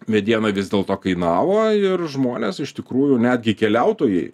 mediena vis dėlto kainavo ir žmonės iš tikrųjų netgi keliautojai